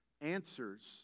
Answers